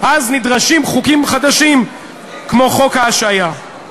אז נדרשים חוקים חדשים, כמו חוק ההשעיה.